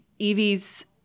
Evie's